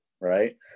right